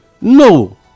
No